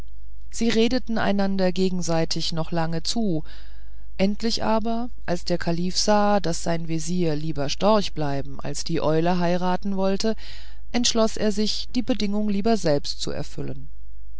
sie redeten einander gegenseitig noch lange zu endlich aber als der kalif sah daß sein vezier lieber storch bleiben als die eule heiraten wollte entschloß er sich die bedingung lieber selbst zu erfüllen